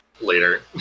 later